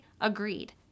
agreed